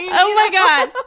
yeah oh, my god. but